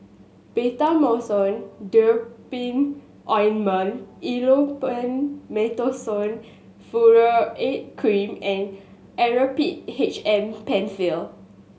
Betamethasone Dipropionate Ointment Elomet Mometasone Furoate Cream and Actrapid H M Penfill